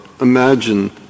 Imagine